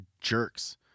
jerks